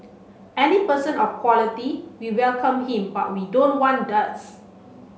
any person of quality we welcome him but we don't want duds